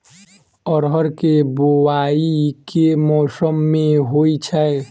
अरहर केँ बोवायी केँ मौसम मे होइ छैय?